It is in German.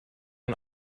ein